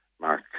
Mark